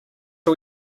all